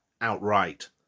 Outright